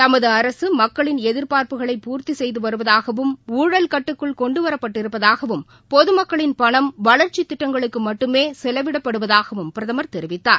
தமதுஅரசுமக்களின் எதிர்பார்ப்புகளை பூர்த்திசெய்துவருவதாகவும் ஊழல் கட்டுக்குள் கொண்டுவரப்பட்டிருப்பதாகவும் பொதமக்களின் பணம் வளர்ச்சிதிட்டங்களுக்குமட்டுமேசெலவிடப்படுவதாகவும் பிரதமர் தெரிவித்தார்